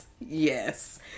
Yes